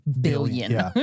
billion